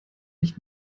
ich